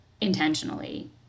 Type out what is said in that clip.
intentionally